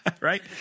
Right